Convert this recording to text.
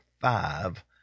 five